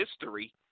history